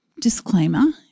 Disclaimer